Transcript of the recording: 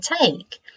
take